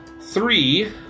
three